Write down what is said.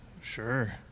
Sure